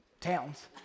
towns